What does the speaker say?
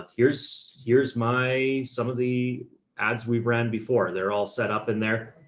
here's, here's my, some of the ads we've ran before. they're all set up in there.